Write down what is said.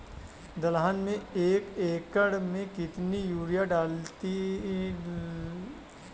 दलहन में एक एकण में कितनी यूरिया लगती है?